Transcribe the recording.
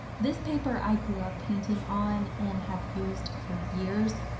this paper i grew up painting on and have used for years.